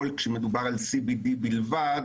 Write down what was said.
כשמדובר על CBD בלבד